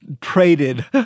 traded